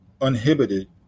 uninhibited